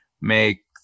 make